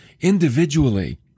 individually